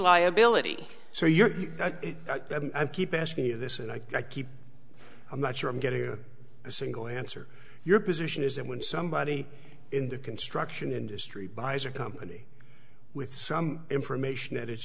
liability so your keep asking you this and i keep i'm not sure i'm getting a single answer your position is that when somebody in the construction industry buys a company with some information that i